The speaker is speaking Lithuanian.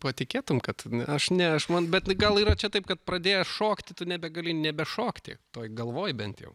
patikėtum kad aš ne aš man bet gal yra čia taip kad pradėjęs šokti tu nebegali nebešokti toj galvoj bent jau